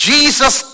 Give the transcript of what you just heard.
Jesus